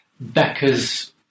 Becker's